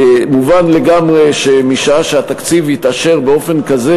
מובן לגמרי שמשעה שהתקציב יתאשר באופן כזה